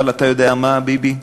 אבל אתה יודע מה, ביבי?